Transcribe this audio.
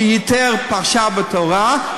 שייתר פרשה בתורה,